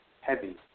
heavy